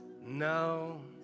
No